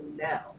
now